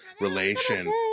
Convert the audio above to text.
relation